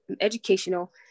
educational